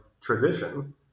tradition